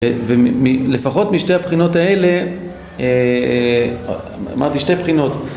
ולפחות משתי הבחינות האלה אמרתי שתי בחינות